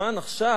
עכשיו